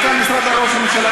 הגיע מנכ"ל משרד ראש הממשלה,